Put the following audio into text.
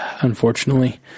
Unfortunately